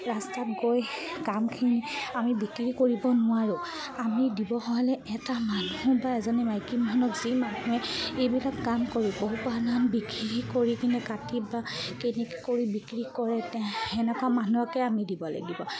ৰাস্তাত গৈ কামখিনি আমি বিক্ৰী কৰিব নোৱাৰোঁ আমি দিব হ'লে এটা মানুহ বা এজনী মাইকী মানুহক যি মানুহে এইবিলাক কাম কৰি পহু পালন বিক্ৰী কৰি কিনে কাটি বা কেনেকৈ কৰি বিক্ৰী কৰে তে সেনেকুৱা মানুহকে আমি দিব লাগিব